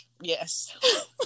yes